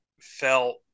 felt